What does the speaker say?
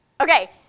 Okay